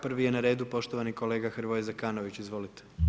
Prvi je na redu poštovani kolega Hrvoje Zekanović, izvolite.